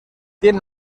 tiene